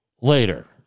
later